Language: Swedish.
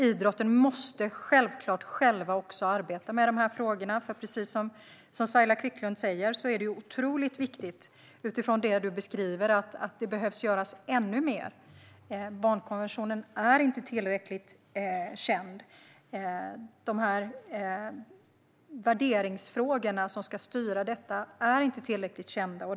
Inom idrotten måste de självklart själva också arbeta med dessa frågor. För precis som Saila Quicklund säger är det utifrån vad hon beskriver otroligt viktigt att ännu mer görs. Barnkonventionen är inte tillräckligt känd, och de värderingsfrågor som ska styra detta är inte tillräckligt kända.